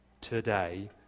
today